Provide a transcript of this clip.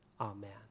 Amen